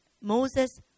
Moses